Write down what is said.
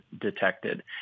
detected